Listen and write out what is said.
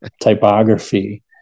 typography